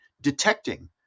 detecting